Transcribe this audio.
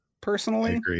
personally